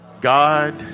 God